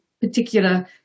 particular